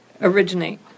originate